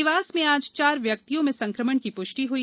देवास में आज चार व्यक्तियों में संकमण की पुष्टि हुई